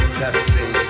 testing